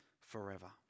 forever